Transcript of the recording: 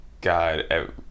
God